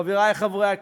חברי חברי הכנסת,